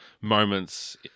moments